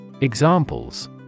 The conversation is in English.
Examples